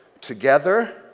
together